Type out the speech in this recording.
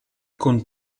con